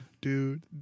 dude